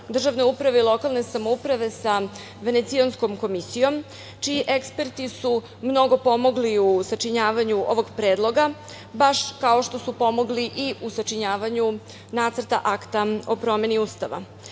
državne uprave i lokalne samouprave sa Venecijanskom komisijom, čiji eksperti su mnogo pomogli u sačinjavanju ovog predloga, baš kao što su pomogli i u sačinjavanju Nacrta akta o promeni Ustava. Ne